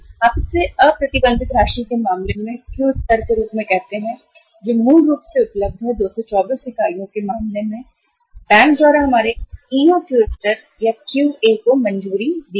आप इसे अप्रतिबंधित राशि के मामले में Q स्तर के रूप में कहते हैं जो मूल रूप से उपलब्ध है 224 इकाइयों के मामले में बैंक द्वारा हमारे EOQ स्तर या QA को मंजूरी दी गई